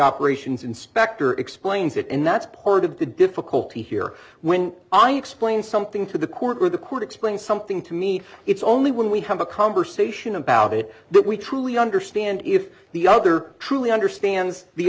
operations inspector explains it and that's part of the difficulty here when i explain something to the court or the court explain something to me it's only when we have a conversation about it that we truly understand if the other truly understands the